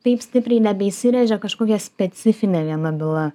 taip stipriai nebeįsirežia kažkokia specifinė viena byla